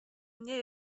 nie